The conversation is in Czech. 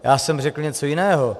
Já jsem řekl něco jiného.